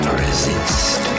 resist